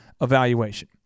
evaluation